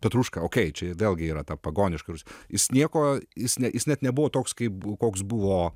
petrušką okey čia vėlgi yra ta pagoniška jis nieko jis ne jis net nebuvo toks kaip koks buvo